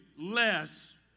less